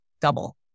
double